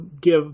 give